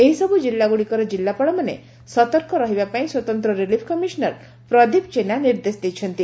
ଏହିସବୁ ଜିଲ୍ଲାଗୁଡ଼ିକର ଜିଲ୍ଲାପାଳମାନେ ସତର୍କ ରହିବାପାଇଁ ସ୍ୱତନ୍ତ ରିଲିଫ୍ କମିଶନର ପ୍ରଦୀପ ଜେନା ନିର୍ଦ୍ଦେଶ ଦେଇଛନ୍ତି